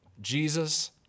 Jesus